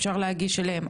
אפשר להגיש אליהם,